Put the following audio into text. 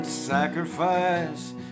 sacrifice